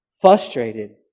frustrated